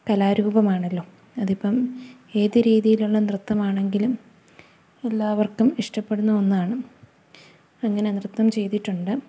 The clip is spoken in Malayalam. കലാരൂപമാണല്ലോ അതിപ്പോള് ഏതു രീതിയിലുള്ള നൃത്തമാണെങ്കിലും എല്ലാവർക്കും ഇഷ്ടപ്പെടുന്ന ഒന്നാണ് അങ്ങനെ നൃത്തം ചെയ്തിട്ടുണ്ട്